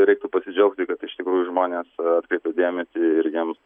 reiktų pasidžiaugti kad iš tikrųjų žmonės atkreipia dėmesį ir jiems